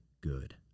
good